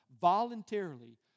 voluntarily